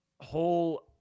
whole